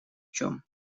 чем